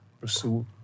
pursue